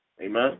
amen